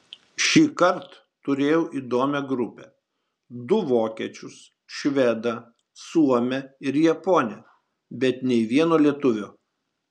šįkart turėjau įdomią grupę du vokiečius švedą suomę ir japonę bet nė vieno lietuvio